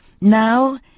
Now